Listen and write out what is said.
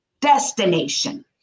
destination